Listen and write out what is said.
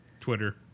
Twitter